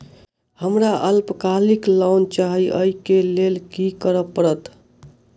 हमरा अल्पकालिक लोन चाहि अई केँ लेल की करऽ पड़त?